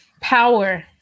power